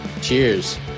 cheers